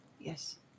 Yes